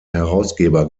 herausgeber